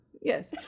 Yes